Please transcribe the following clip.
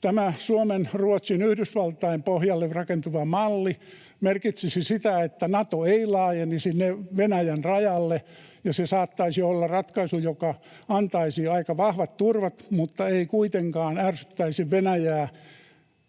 Tämä Suomen, Ruotsin ja Yhdysvaltain pohjalle rakentuva malli merkitsisi sitä, että Nato ei laajenisi Venäjän rajalle, ja se saattaisi olla ratkaisu, joka antaisi aika vahvat turvat mutta ei kuitenkaan ärsyttäisi Venäjää.